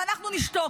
ואנחנו נשתוק.